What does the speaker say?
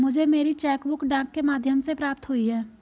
मुझे मेरी cheque book डाक के माध्यम से प्राप्त हुई है